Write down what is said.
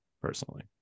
personally